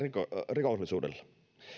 rikollisuudella